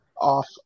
off